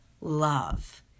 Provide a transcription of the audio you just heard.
love